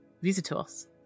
Visitors